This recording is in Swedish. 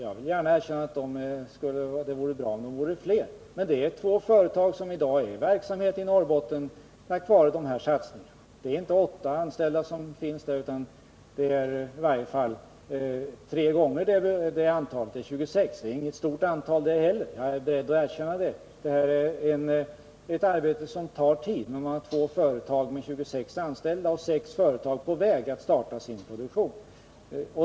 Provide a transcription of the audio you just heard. Jag vill gärna erkänna att det vore bra om de vore fler, men det är två företag som i dag är verksamma i Norrbotten tack vare dessa satsningar. Det är inte åtta personer som finns anställda på dessa företag utan mer än tre gånger det antalet, närmare bestämt 26 personer. Det är inget stort antal det heller — jag är beredd att erkänna det. Men detta är ett arbete som tar tid. Det finns dock två företag med 26 anställda och sex företag som är på väg att starta sin produktion.